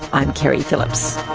i'm keri phillips